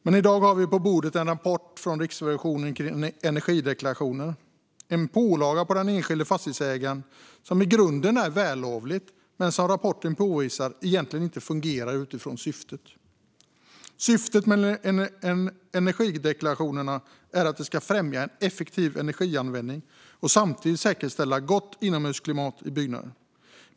Men i dag har vi på bordet en rapport från Riksrevisionen om energideklarationer. Det är en pålaga på den enskilde fastighetsägaren som i grunden är vällovlig men som rapporten påvisar egentligen inte fungerar utifrån sitt syfte. Syftet med energideklarationerna är att de ska främja en effektiv energianvändning och samtidigt säkerställa gott inomhusklimat i byggnader.